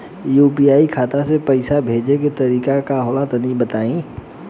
UPI खाता से पइसा भेजे के तरीका का होला तनि बताईं?